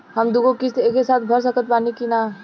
हम दु गो किश्त एके साथ भर सकत बानी की ना?